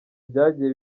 byagiye